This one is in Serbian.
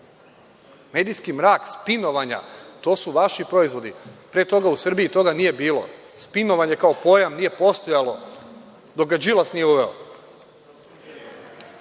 Medijski mrak spinovanja, to su vaši proizvodi. Pre toga u Srbiji toga nije bilo. Spinovanje kao pojam nije postojalo, dok ga Đilas nije uveo.